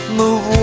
move